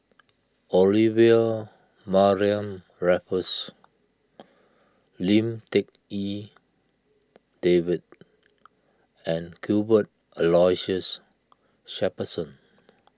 Olivia Mariamne Raffles Lim Tik En David and Cuthbert Aloysius Shepherdson